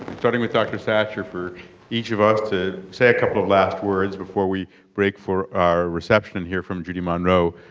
starting with dr. satcher, for each of us to say a couple of last words before we break for our reception here from judy monroe.